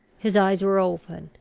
his eyes were open,